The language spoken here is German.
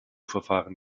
verfahren